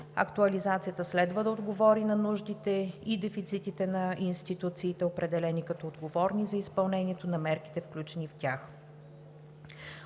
Актуализацията следва да отговори на нуждите и дефицитите на институциите, определени като отговорни за изпълнението на мерките, включени в тях.